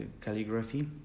calligraphy